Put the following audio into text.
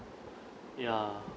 ya